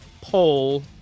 poll